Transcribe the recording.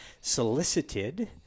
solicited